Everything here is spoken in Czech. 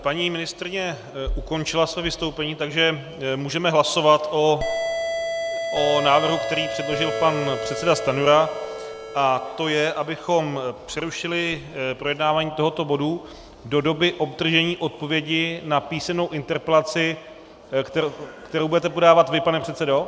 Paní ministryně ukončila své vystoupení, takže můžeme hlasovat o návrhu, který předložil pan předseda Stanjura, a to je, abychom přerušili projednávání tohoto bodu do doby obdržení odpovědi na písemnou interpelaci kterou budete podávat vy, pane předsedo?